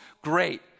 Great